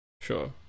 sure